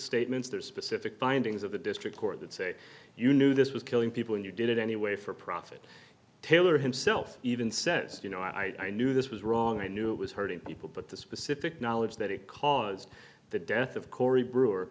statements there are specific findings of the district court that say you knew this was killing people and you did it anyway for profit taylor himself even says you know i knew this was wrong i knew it was hurting people but the specific knowledge that it caused the death of corey brewer